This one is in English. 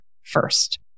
first